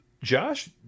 Josh